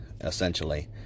essentially